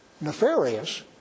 nefarious